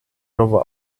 over